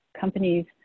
companies